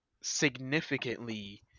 significantly